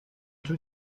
tout